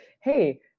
hey